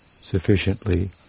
sufficiently